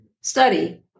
study